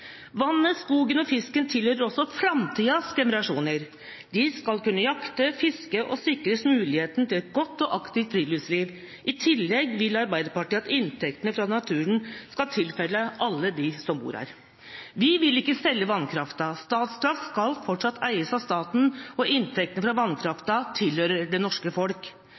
Vannet, skogen og fisken tilhører også framtidas generasjoner. De skal kunne jakte, fiske og sikres muligheten til et godt og aktivt friluftsliv, og i tillegg vil Arbeiderpartiet at inntektene fra naturen skal tilfalle alle som bor her. Vi vil ikke selge vannkrafta. Statkraft skal fortsatt eies av staten, og inntektene fra vannkrafta tilhører det norske folk.